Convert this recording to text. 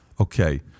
okay